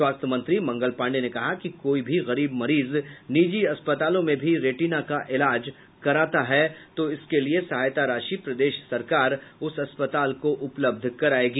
स्वास्थ्य मंत्री मंगल पाण्डेय ने कहा कि कोई भी गरीब मरीज निजी अस्पतालों में भी रेटिना का इलाज कराता है तो उसके लिये सहायता राशि प्रदेश सरकार उस अस्पताल को उपलब्ध करायेगी